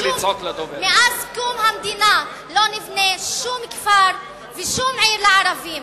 מאז קום המדינה לא נבנו שום כפר ושום עיר לערבים.